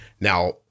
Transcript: Now